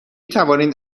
توانید